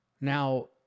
Now